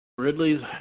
Ridley's